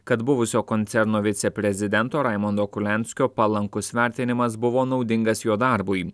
kad buvusio koncerno viceprezidento raimondo kurlianskio palankus vertinimas buvo naudingas jo darbui